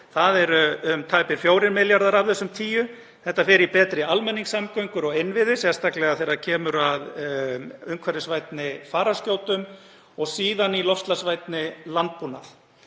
þ.e. tæpir 4 milljarðar af þessum 10. Þetta fer í betri almenningssamgöngur og innviði, sérstaklega þegar kemur að umhverfisvænni fararskjótum og síðan í loftslagsvænni landbúnað.